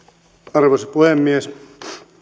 arvoisa puhemies